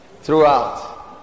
throughout